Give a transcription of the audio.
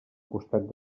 costat